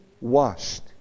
washed